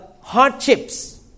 hardships